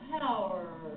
power